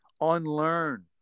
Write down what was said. unlearn